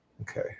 Okay